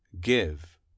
give